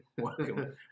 Welcome